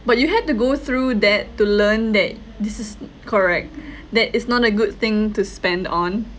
but you had to go through that to learn that this is correct that is not a good thing to spend on